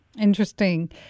Interesting